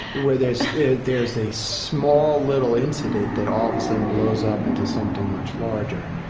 where there's there's a small little incident that all of a sudden blows up into something much larger.